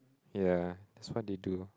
yeah that's what they do